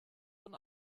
von